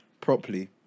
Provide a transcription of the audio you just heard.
properly